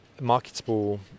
marketable